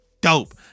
Dope